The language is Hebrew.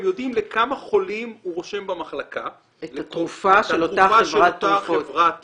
הם יודעים לכמה חולים הוא רושם במחלקה את התרופה של אותה חברת תרופות,